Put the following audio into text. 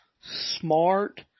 Smart